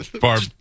Barb